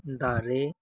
ᱫᱟᱨᱮ